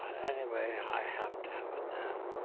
anyway, i have to have a nap.